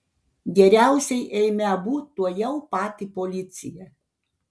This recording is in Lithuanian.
geriausiai eime abu tuojau pat į policiją